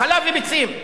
חלב וביצים.